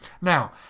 Now